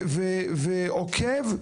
עוכב,